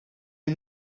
you